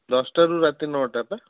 ଦଶଟାରୁ ରାତି ନଅଟା ପା